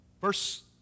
Verse